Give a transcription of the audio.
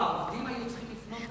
העובדים היו צריכים לפנות אליה.